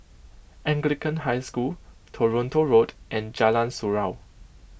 Anglican High School Toronto Road and Jalan Surau